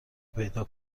پیدا